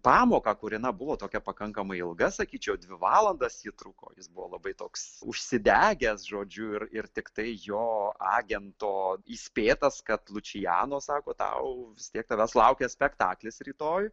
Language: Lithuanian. pamoką kuri na buvo tokia pakankamai ilga sakyčiau dvi valandas ji truko jis buvo labai toks užsidegęs žodžiu ir ir tiktai jo agento įspėtas kad lučijano sako tau vis tiek tavęs laukia spektaklis rytoj